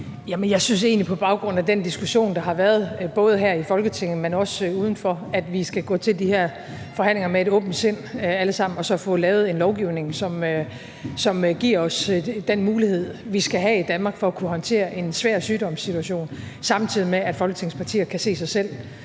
jeg synes egentlig på baggrund af den diskussion, der har været, både her i Folketinget, men også udenfor, at vi skal gå til de her forhandlinger med et åbent sind alle sammen og så få lavet en lovgivning, som giver os den mulighed, vi skal have i Danmark, for at kunne håndtere en svær sygdomssituation, samtidig med at Folketingets partier kan se sig selv